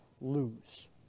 lose